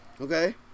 okay